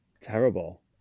Terrible